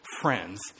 friends